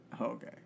Okay